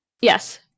Yes